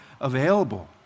available